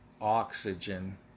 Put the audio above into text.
oxygen